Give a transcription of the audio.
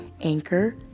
Anchor